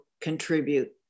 contribute